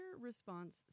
response